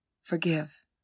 Forgive